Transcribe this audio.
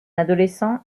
adolescent